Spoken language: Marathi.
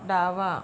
डावा